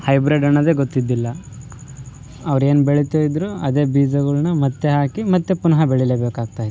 hybrid ಅನ್ನೋದೇ ಗೊತ್ತಿದ್ದಿಲ್ಲ ಅವರು ಏನು ಬೆಳಿತ ಇದ್ರು ಅದೇ ಬೀಜಗಳ್ನ ಮತ್ತು ಹಾಕಿ ಮತ್ತು ಪುನಃ ಬೆಳಿಲೇ ಬೇಕಾಗ್ತಾಯಿತ್ತು